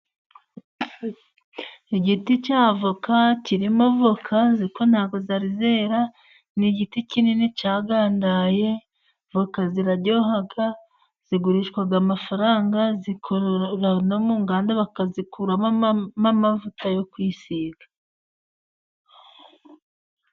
Igiti cya avoka kirimo voka ariko nta bwo zari zera, ni igiti kinini cyagandaye, voka ziraryoha, zigurishwa amafaranga, zikora no mu nganda, bakazikuramo amavuta yo kwisiga.